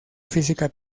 física